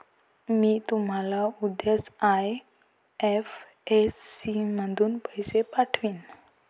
मी तुम्हाला उद्याच आई.एफ.एस.सी मधून पैसे पाठवीन